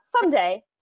Someday